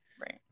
Right